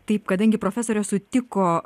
taip kadangi profesorė sutiko